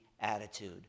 attitude